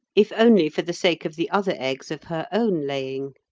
if only for the sake of the other eggs of her own laying.